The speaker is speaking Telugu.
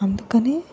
అందుకనే